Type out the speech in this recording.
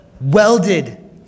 welded